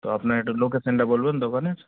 তো আপনি একটু লোকেশানটা বলবেন দোকানের